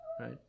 right